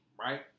right